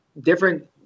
different